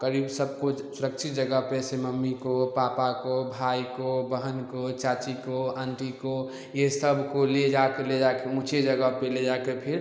करीब सबको सुरक्षित जगह पे जैसे मम्मी को पापा को भाई को बहन को चाची को आंटी को ये सब को ले जा कर ले जाके ऊँचे जगह पर ले जाके फिर